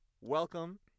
welcome